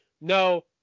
No